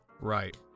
Right